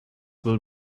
will